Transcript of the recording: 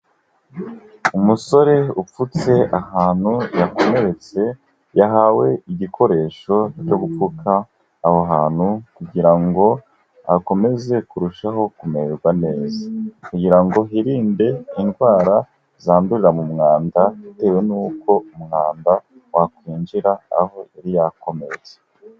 Umusore upfutse ahantu yakomeretse, yahawe igikoresho cyo gupfuka aho hantu kugira ngo akomeze kurushaho kumererwa neza. Kugira ngo hirinde indwara zandurira mu mwanda bitewe n'uko umwanda wakwinjira aho yari yakomeretse.